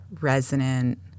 resonant